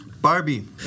Barbie